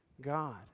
God